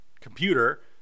computer